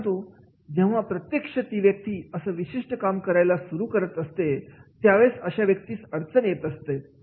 परंतु जेव्हा प्रत्यक्ष ती व्यक्ती असं विशिष्ट काम काम करायला सुरु करत असते त्यावेळेस अशा व्यक्तीस अडचणी येत असतात